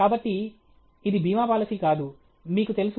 కాబట్టి ఇది బీమా పాలసీ కాదు మీకు తెలుసు